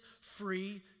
free